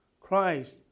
Christ